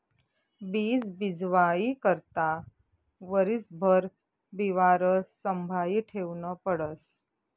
बीज बीजवाई करता वरीसभर बिवारं संभायी ठेवनं पडस